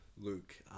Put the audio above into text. Luke